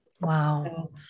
Wow